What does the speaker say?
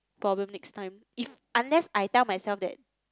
problem next time if unless I tell myself that